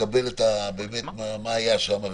לקבל מה היה שם.